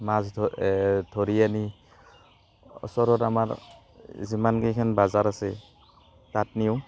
মাছ ধ ধৰি আনি ওচৰত আমাৰ যিমান কেইখন বজাৰ আছে তাত নিওঁ